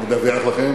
אני מדווח לכם,